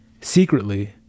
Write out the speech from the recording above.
secretly